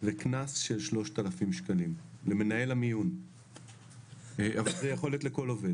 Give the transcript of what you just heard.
אני מתנצלת שיצאתי קודם, לדיון בוועדה אחרת,